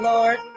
Lord